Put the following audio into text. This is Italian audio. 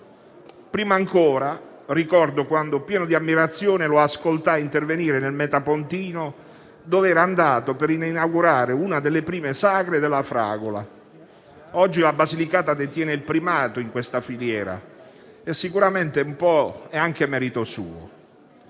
Prima ancora ricordo quando, pieno di ammirazione, lo ascoltai intervenire nel metapontino, dove era andato per inaugurare una delle prime sagre della fragola. Oggi la Basilicata detiene il primato in questa filiera e sicuramente un po' è anche merito suo.